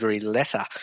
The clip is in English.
letter